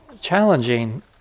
challenging